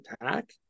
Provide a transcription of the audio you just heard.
attack